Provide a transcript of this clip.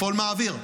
לפעול מהאוויר,